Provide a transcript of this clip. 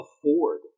afford